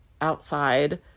outside